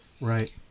right